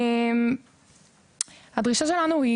הדרישה שלנו,